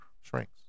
shrinks